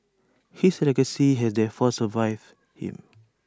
his legacy has therefore survived him